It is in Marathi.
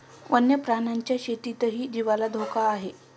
वन्य प्राण्यांच्या शेतीतही जीवाला धोका आहे